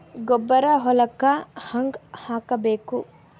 ಗೊಬ್ಬರ ಹೊಲಕ್ಕ ಹಂಗ್ ಹಾಕಬೇಕು?